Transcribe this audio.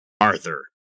Arthur